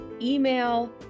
email